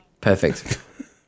Perfect